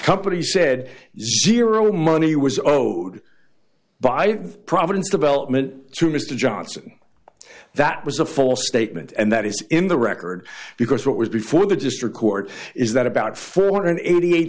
company said zero money was owed by providence development to mr johnson that was a false statement and that is in the record because what was before the district court is that about four hundred and eighty eight